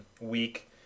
week